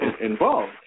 involved